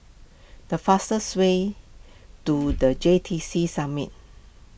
the fastest way to the J T C Summit